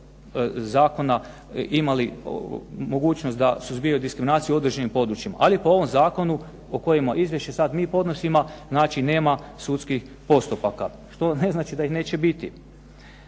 ovog zakona imali mogućnost da suzbijaju diskriminaciju u određenim područjima. Ali po ovom zakonu po kojima izvješće sad mi podnosimo, znači nema sudskih postupaka što ne znači da ih neće biti.